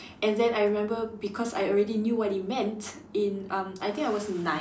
and then I remember because I already knew what it meant in um I think I was nine